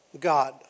God